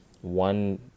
One